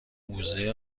موزه